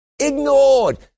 ignored